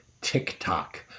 TikTok